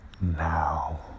now